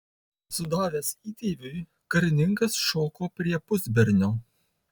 sudavęs įtėviui karininkas šoko prie pusbernio